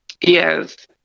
Yes